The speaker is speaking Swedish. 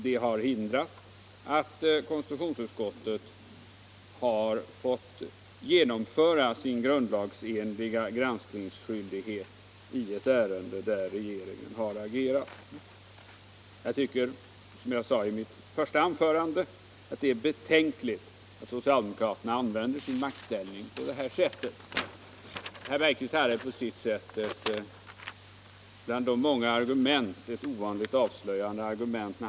Det har förhindrat konstitutionsutskottet att uppfylla sin grundlagsenliga granskningsskyldighet i ett ärende där regeringen har agerat. Jag tycker, som jag sade i mitt första anförande, att det är betänkligt att socialdemokraterna använder sin maktställning på det här sättet. Ett av de många argument som herr Bergqvist använde var ovanligt avslöjande.